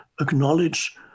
acknowledge